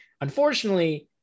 unfortunately